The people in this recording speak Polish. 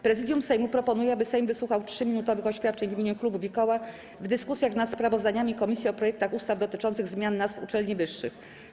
Prezydium Sejmu proponuje, aby Sejm wysłuchał 3-minutowych oświadczeń w imieniu klubów i koła w dyskusjach nad sprawozdaniami komisji o projektach ustaw dotyczących zmian nazw uczelni wyższych.